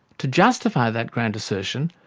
to justify that grand assertion,